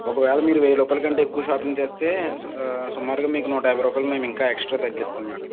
ఒకవేళ మీరు వెయ్యి రూపాయల కంటే ఎక్కువ షాపింగ్ చేస్తే సుమారుగా మీకు ఇంకా నూట యాభై రూపాయలు మేము ఇంకా ఎక్స్ట్రా తగ్గిస్తాం మ్యాడం